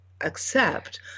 accept